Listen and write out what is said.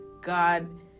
God